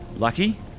lucky